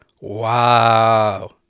Wow